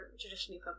traditionally